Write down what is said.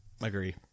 Agree